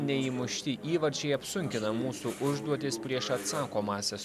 neįmušti įvarčiai apsunkina mūsų užduotis prieš atsakomąsias